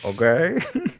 Okay